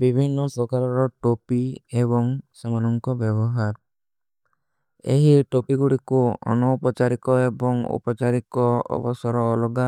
ଵିଭୀନୋଂ ସୋଖଲରୋଂ ଟୋପୀ ଏବଂଗ ସମଣୋଂ କୋ ବେଵହାର ଏହୀ ଟୋପୀ। ଗୁଡୀ କୋ ଅନୁ ଉପଚାରୀ କୋ ଏବଂଗ ଉପଚାରୀ କୋ ଅବସରୋଂ ଅଲଗା।